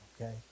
Okay